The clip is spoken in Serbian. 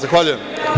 Zahvaljujem.